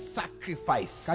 sacrifice